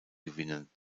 gewinnen